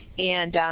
and